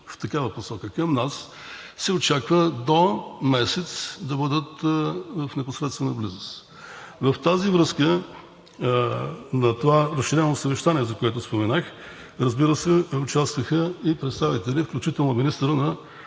в такава посока към нас, се очаква до месец да бъдат в непосредствена близост. В тази връзка на това разширено съвещание, за което споменах, разбира се, участваха и представители, включително министърът на